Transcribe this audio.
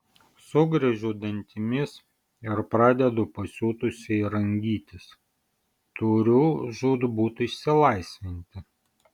sugriežiu dantimis ir pradedu pasiutusiai rangytis turiu žūtbūt išsilaisvinti